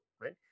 right